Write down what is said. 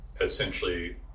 essentially